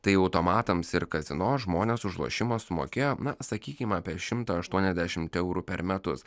tai automatams ir kazino žmonės už lošimą sumokėjo na sakykime apie šimtą aštuoniasdešimt eurų per metus